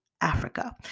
Africa